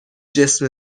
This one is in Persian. جسم